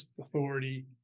authority